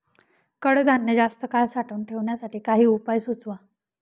कडधान्य जास्त काळ साठवून ठेवण्यासाठी काही उपाय सुचवा?